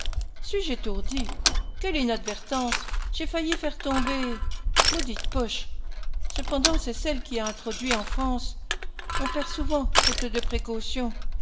suis-je étourdi quelle inadvertance j'ai failli faire tomber maudite poche cependant c'est celle qui a introduit en france on perd souvent faute de précautions